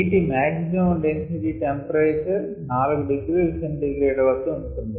నీటి maximum density temperature 4 ºC వద్ద ఉండును